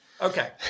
Okay